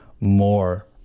more